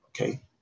okay